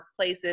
workplaces